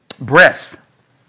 breath